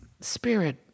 spirit